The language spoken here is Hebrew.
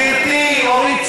לא טוב ליהנות